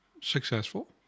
successful